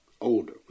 older